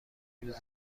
روز